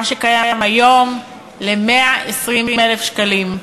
מה שקיים היום, ל-120,000 שקלים.